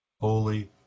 Holy